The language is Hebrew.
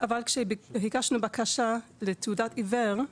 אבל כשביקשנו בקשה לתעודת עיוור,